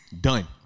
done